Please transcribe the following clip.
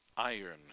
iron